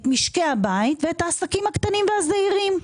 את משקי הבית ואת העסקים הקטנים והזעירים.